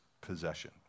possession